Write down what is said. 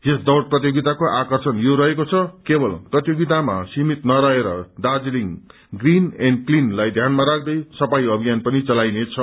यस दौड़ प्रतियोगिताको आकर्षण यो रहेको छ केवल प्रतियोगितामा सीमित नरहेर दार्जीलिङ ग्रीन एण्ड क्लिनलाई ध्यानमा राख्दै सफाई अभियान पनि चलाइनेछ